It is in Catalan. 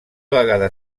vegada